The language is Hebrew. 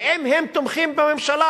ואם הם תומכים בממשלה,